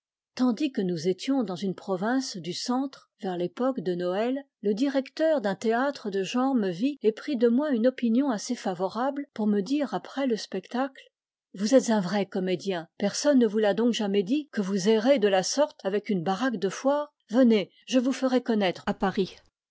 tandis que nous étions dans une province du centre vers l'époque de noël le directeur d'un théâtre de genre me vit et prit de moi une opinion assez favorable pour me dire après le spectacle vous êtes un vrai comédien personne ne vous l'a donc jamais dit que vous errez de la sorte avec une baraque de foire venez je vous ferai connaître à paris